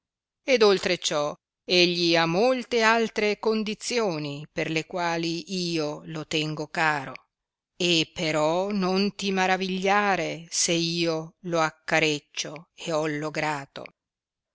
ed oltre ciò egli ha molte altre condizioni per le quali io lo tengo caro e però non ti maravigliare se io lo accareccio ed hollo grato